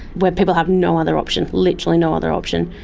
where people have no other option, literally no other option.